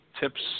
tips